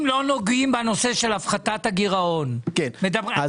אם לא נוגעים בנושא של הפחתת הגרעון אני